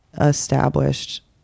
established